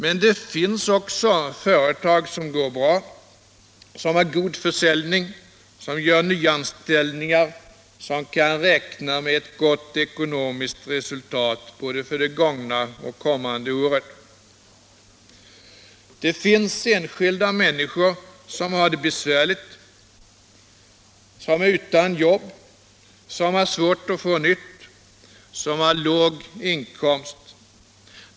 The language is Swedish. Men det finns också företag som går bra, som har god försäljning, som gör nyanställningar och som kan räkna med ett gott ekonomiskt resultat för både det gångna och det kommande året. Det finns också enskilda människor som har det besvärligt, som är utan jobb, som har svårt att få nytt arbete och som har låga inkomster.